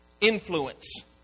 influence